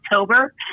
October